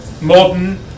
Modern